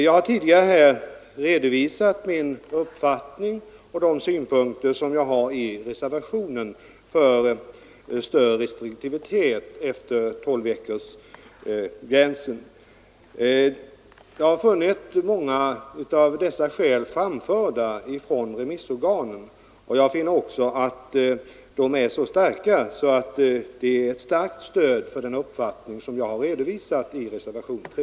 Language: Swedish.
Jag har tidigare redovisat min uppfattning och hänvisat till de synpunkter som jag anför i reservationen 3 för större restriktivitet efter tolvveckorsgränsen. Många av dessa skäl har även framförts av remissorganen. Jag menar att dessa synpunkter starkt talar för ett bifall till reservationen 3.